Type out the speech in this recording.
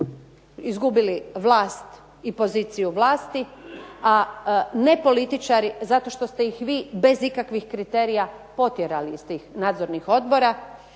izgubili vlast i poziciju vlasti, a nepolitičari zato što ste ih vi bez ikakvih kriterija potjerali iz tih nadzornih odbora,